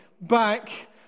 back